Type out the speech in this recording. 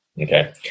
Okay